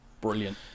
Brilliant